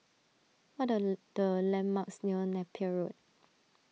what are the landmarks near Napier Road